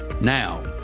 Now